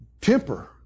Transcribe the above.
Temper